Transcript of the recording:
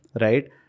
Right